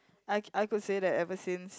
I I could say that ever since